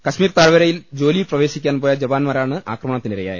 കശ്മീർ താഴ്വരയിൽ ജോലിയിൽ പ്രവേശിക്കാൻപോയ ജവാന്മാരാണ് ആക്രമ ണത്തിനിരയായത്